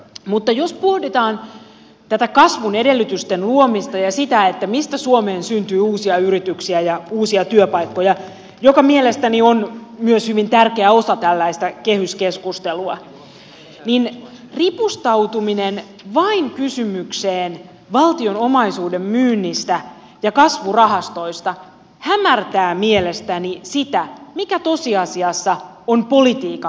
mutta jos pohditaan tätä kasvun edellytysten luomista ja sitä mistä suomeen syntyy uusia yrityksiä ja uusia työpaikkoja mikä mielestäni on myös hyvin tärkeä osa tällaista kehyskeskustelua niin ripustautuminen vain kysymykseen valtion omaisuuden myynnistä ja kasvurahastoista hämärtää mielestäni sitä mikä tosiasiassa on politiikan tehtävä